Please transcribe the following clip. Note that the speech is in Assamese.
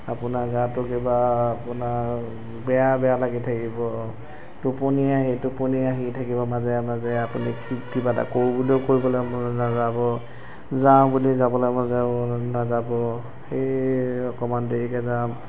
আপোনাৰ গাটো কিবা আপোনাৰ বেয়া বেয়া লাগি থাকিব টোপনি আহি টোপনি আহি থাকিব মাজে মাজে আপুনি কিবা এটা কৰোঁ বুলিলেও কৰিবলৈ মন নাযাব যাওঁ বুলি যাবলৈ মন নাযাব সেই অকণমান দেৰিকৈ যাম